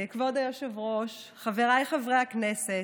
כבוד היושב-ראש, חבריי חברי הכנסת,